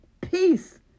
peace